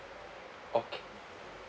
okay